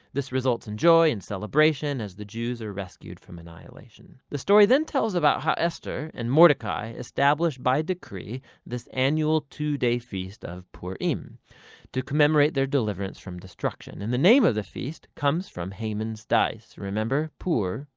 this results in joy and celebration as the jews are rescued from annihilation. the story then tells about how esther and mordecai established by decree this annual two-day feast of purim to commemorate their deliverance from destruction. and the name of the feast comes from haman's dice, remember pur-im.